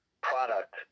product